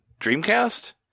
Dreamcast